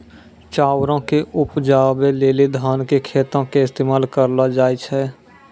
चाउरो के उपजाबै लेली धान के खेतो के इस्तेमाल करलो जाय छै